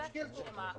בסעיף 4(א)